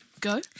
go